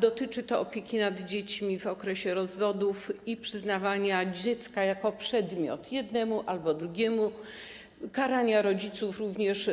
Dotyczy to opieki nad dziećmi w okresie rozwodów i przyznawania dziecka jak przedmiotu jednemu albo drugiemu, karania rodziców, również